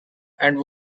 and